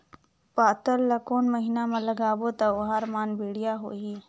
पातल ला कोन महीना मा लगाबो ता ओहार मान बेडिया होही?